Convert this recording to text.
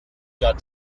got